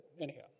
anyhow